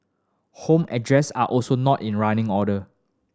home address are also not in running order